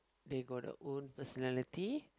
they got their own personality